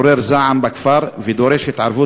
הדבר מעורר זעם בכפר ונדרשת התערבות